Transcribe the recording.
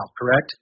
correct